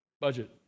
budget